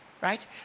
right